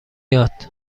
یاد